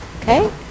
okay